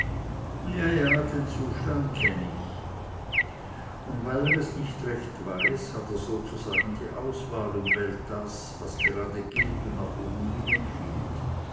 ja ja den zustand kenn ich und weil er es nicht recht weiß hat er sozusagen die auswahl und wählt das was gerade gilt und nach oben hin empfiehlt